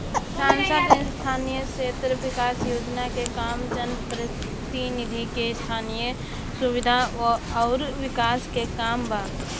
सांसद स्थानीय क्षेत्र विकास योजना के काम जनप्रतिनिधि के स्थनीय सुविधा अउर विकास के काम बा